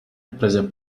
prese